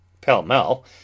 pell-mell